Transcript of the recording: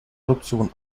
adoption